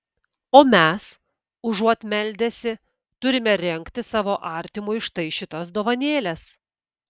o mes užuot meldęsi turime rengti savo artimui štai šitas dovanėles